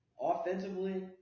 offensively –